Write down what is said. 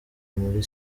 muri